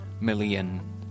million